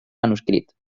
manuscrit